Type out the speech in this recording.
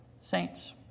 saints